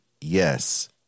Yes